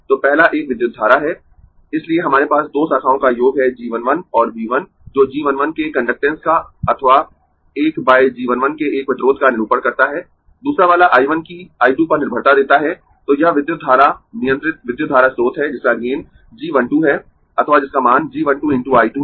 तो पहला एक विद्युत धारा है इसलिए हमारे पास दो शाखाओं का योग है g 1 1 और V 1 जो g 1 1 के कंडक्टेन्स का अथवा 1 बाय g 1 1 के एक प्रतिरोध का निरूपण करता है दूसरा वाला I 1 की I 2 पर निर्भरता देता है तो यह विद्युत धारा नियंत्रित विद्युत धारा स्रोत है जिसका गेन g 1 2 है अथवा जिसका मान g 1 2 × I 2 है